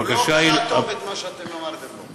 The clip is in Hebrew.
הבקשה היא, הוא לא קרא טוב את מה שאתם אמרתם לו.